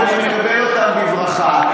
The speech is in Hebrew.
ואני מקבל אותם בברכה,